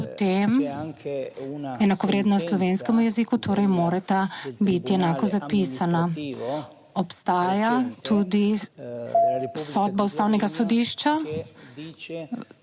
potem enakovredna slovenskemu jeziku, torej morata biti enako zapisana. Obstaja tudi sodba Ustavnega sodišča,